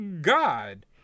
God